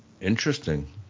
Interesting